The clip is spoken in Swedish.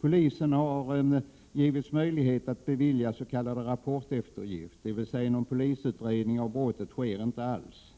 Polisen har givits möjlighet att bevilja s.k. rapporteftergift, dvs. någon polisutredning av brottet sker inte alls.